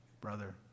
brother